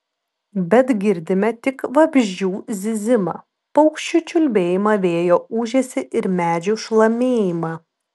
bet girdime tik vabzdžių zyzimą paukščių čiulbėjimą vėjo ūžesį ir medžių šlamėjimą